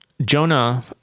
Jonah